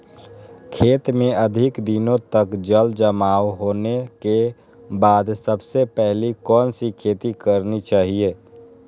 खेत में अधिक दिनों तक जल जमाओ होने के बाद सबसे पहली कौन सी खेती करनी चाहिए?